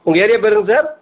உங்கள் ஏரியா பேருங்க சார்